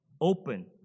open